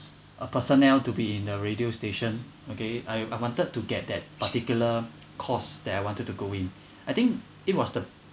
a personnel to be in a radio station okay I I wanted to get that particular course that I wanted to go in I think it was the